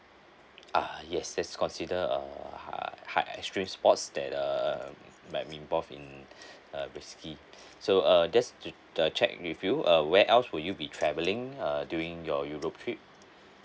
ah yes that's consider err hi~ hi~ extreme sports that uh um might be involved in uh risky so err just to uh check with you uh where else would you be travelling err during your europe trip